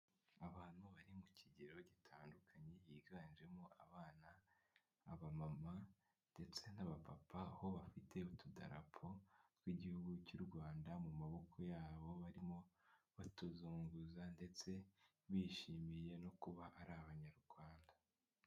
Abantu bari mu kigero gitandukanye higanjemo abana abamama ndetse n'abapapa aho bafite utudarapo tw'igihugu cy'urwanda mu maboko yabo barimo batuzunguza ndetse bishimiye no kuba ari abanyarwanda.